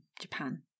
Japan